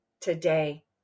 today